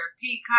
Peacock